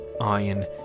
iron